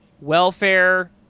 welfare